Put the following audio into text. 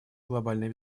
глобальной